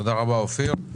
תודה רבה, אופיר.